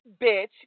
bitch